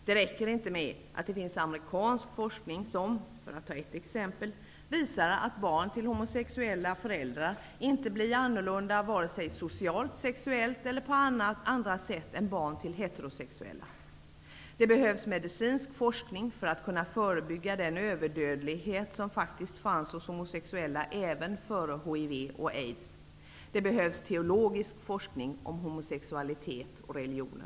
Det räcker inte med att det finns amerikansk forskning, som, för att ta ett exempel, visar att barn till homosexuella föräldrar inte blir annorlunda vare sig socialt, sexuellt eller på andra sätt än barn till heterosexuella. Det behövs medicinsk forskning för att kunna förebygga den överdödlighet som faktiskt fanns hos homosexuella även före hiv och aids. Det behövs teologisk forskning om homosexualitet och religion.